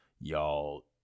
Y'all